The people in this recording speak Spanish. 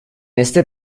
este